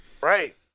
Right